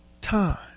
time